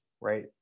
right